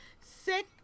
sick